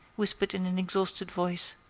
whispered in an exhausted voice